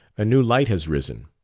a new light has risen.